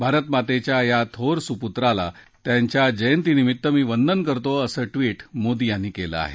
भारतमातेच्या या थोर सुपुत्राला त्यांच्या जयंतीनिमित्त मी वंदन करतो असं ट्विट मोदी यांनी केलं आहे